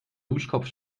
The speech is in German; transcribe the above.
duschkopf